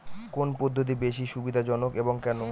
কোন পদ্ধতি বেশি সুবিধাজনক এবং কেন?